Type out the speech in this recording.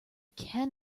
can